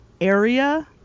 area